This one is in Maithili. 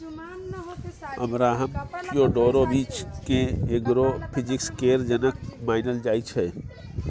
अब्राहम फियोडोरोबिच केँ एग्रो फिजीक्स केर जनक मानल जाइ छै